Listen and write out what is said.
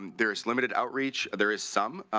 um there's limited outreach, there's some,